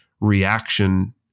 reaction